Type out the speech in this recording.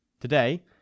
Today